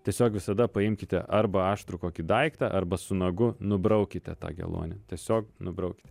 tiesiog visada paimkite arba aštrų kokį daiktą arba su nagu nubraukite tą geluonį tiesiog nubraukit